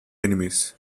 enemies